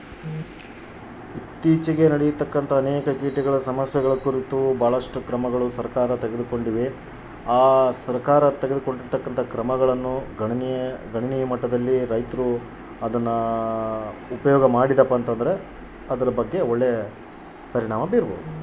ಇತ್ತೇಚಿಗೆ ನಡೆಯುವಂತಹ ಅನೇಕ ಕೇಟಗಳ ಸಮಸ್ಯೆಗಳ ಕುರಿತು ಯಾವ ಕ್ರಮಗಳನ್ನು ಕೈಗೊಳ್ಳಬೇಕು?